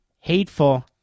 hateful